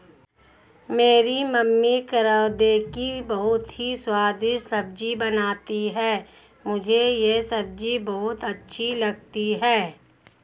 मेरी मम्मी करौंदे की बहुत ही स्वादिष्ट सब्जी बनाती हैं मुझे यह सब्जी बहुत अच्छी लगती है